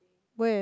where